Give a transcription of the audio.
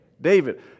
David